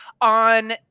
on